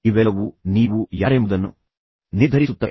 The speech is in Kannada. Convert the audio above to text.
ಇವೆಲ್ಲವೂ ನೀವು ಯಾರೆಂಬುದನ್ನು ನಿರ್ಧರಿಸುತ್ತವೆ